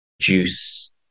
juice